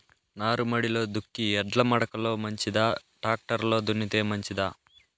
నారుమడిలో దుక్కి ఎడ్ల మడక లో మంచిదా, టాక్టర్ లో దున్నితే మంచిదా?